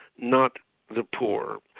not the poor.